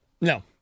No